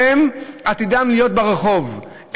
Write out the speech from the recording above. והם עתידם להיות ברחוב,